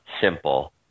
simple